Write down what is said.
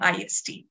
IST